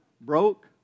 broke